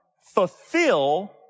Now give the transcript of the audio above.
fulfill